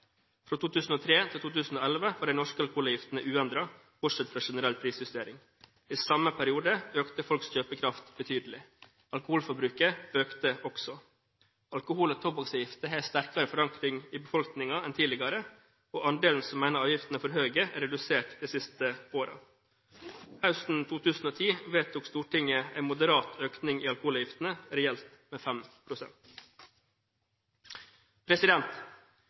Fra 2003 til 2011 var de norske alkoholavgiftene uendret, bortsett fra generell prisjustering. I samme periode økte folks kjøpekraft betydelig. Alkoholforbruket økte også. Alkohol- og tobakksavgifter har en sterkere forankring i befolkningen enn tidligere, og andelen som mener at avgiftene er for høye, er redusert de siste årene. Høsten 2010 vedtok Stortinget en moderat økning i alkoholavgiftene – reelt med